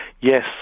yes